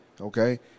okay